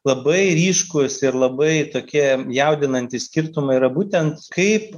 labai ryškūs ir labai tokie jaudinantys skirtumai yra būtent kaip